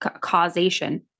causation